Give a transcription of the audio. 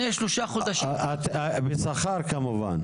בשכר כמובן.